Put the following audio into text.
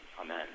Amen